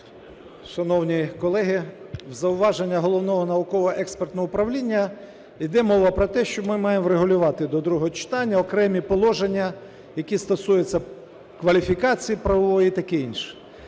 Шановні колеги, в зауваженні Головного науково-експертного управління йде мова про те, що ми маємо врегулювати до другого читання окремі положення, які стосуються кваліфікації правової і таке інше.